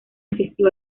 asistió